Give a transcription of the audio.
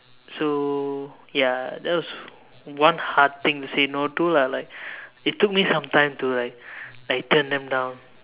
so ya that was one hard thing to say no to lah like it took me some time to like like turn them down